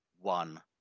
One